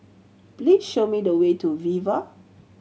please show me the way to Viva